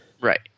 Right